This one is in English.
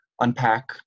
unpack